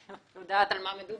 אני יודעת על מה מדובר.